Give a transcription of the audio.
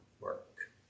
work